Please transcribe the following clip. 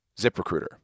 ZipRecruiter